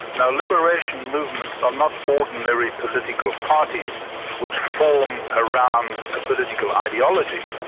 now liberation movements are not ordinary political parties which form around a political ideology.